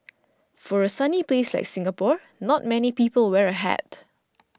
for a sunny place like Singapore not many people wear a hat